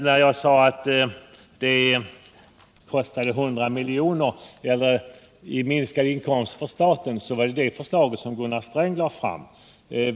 När jag talade om 100 miljoner i minskade inkomster för staten så gällde detta det förslag som Gunnar Sträng lade fram.